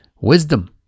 wisdom